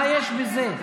מה יש בזה?